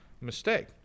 mistake